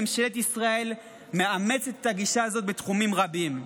ממשלת ישראל מאמצת את הגישה הזאת בתחומים רבים.